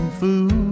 fool